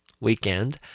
Weekend